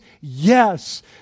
yes